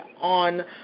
on